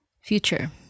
future